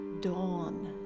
dawn